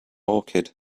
orchid